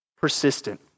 persistent